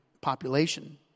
population